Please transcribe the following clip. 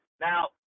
Now